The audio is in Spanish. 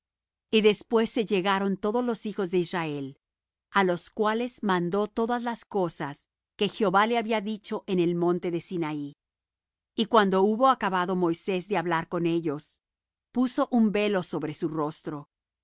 y después se llegaron todos los hijos de israel á los cuales mandó todas las cosas que jehová le había dicho en el monte de sinaí y cuando hubo acabado moisés de hablar con ellos puso un velo sobre su rostro